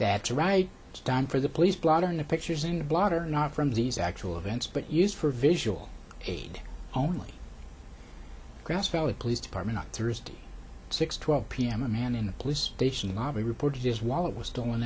that's right it's done for the police blotter in the pictures in the blotter not from these actual events but used for visual aid only grass valley police department on thursday six twelve p m a man in a police station lobby reported his wallet was